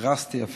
דרסטית אפילו,